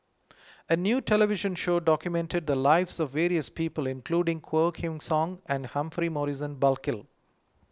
a new television show documented the lives of various people including Quah Kim Song and Humphrey Morrison Burkill